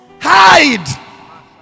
hide